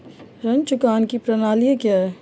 ऋण चुकाने की प्रणाली क्या है?